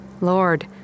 Lord